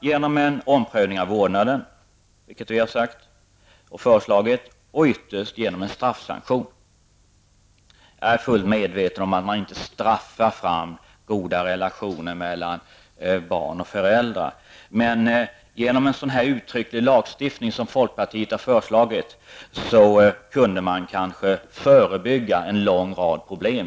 Det ena är att ompröva vårdnaden -- vilket vi i folkpartiet har föreslagit -- och det andra är att införa en straffsanktion. Jag är fullt medveten om att man inte kan straffa fram goda relationer mellan barn och föräldrar, men genom den uttryckliga lagstiftning som folkpartiet har föreslagit kan man kanske förebygga en lång rad problem.